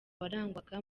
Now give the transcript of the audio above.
warangwaga